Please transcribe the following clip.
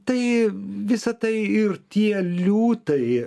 tai visa tai ir tie liūtai